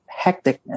hecticness